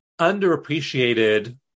underappreciated